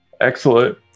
Excellent